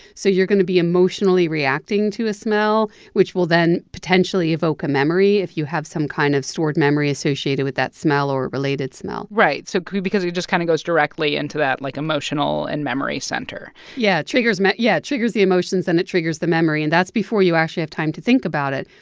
so you're going to be emotionally reacting to a smell, which will then potentially evoke a memory if you have some kind of stored memory associated with that smell or related smell right. so because it just kind of goes directly into that, like, emotional and memory center yeah, triggers yeah the emotions, and it triggers the memory, and that's before you actually have time to think about it,